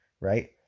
right